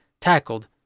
tackled